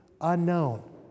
unknown